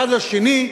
האחד לשני,